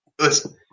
listen